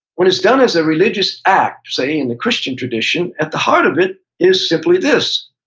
when it's done as a religious act, say in the christian tradition, at the heart of it is simply this.